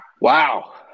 Wow